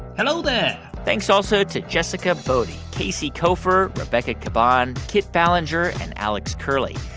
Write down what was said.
hello there thanks also to jessica boddy, casey koeffer, rebecca caban, kit ballenger and alex curley.